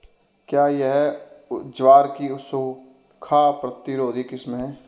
क्या यह ज्वार की सूखा प्रतिरोधी किस्म है?